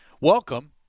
welcome